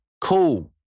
cool